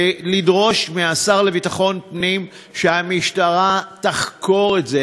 לדרוש מהשר לביטחון פנים שהמשטרה תחקור את זה.